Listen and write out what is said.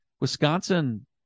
Wisconsin